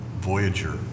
Voyager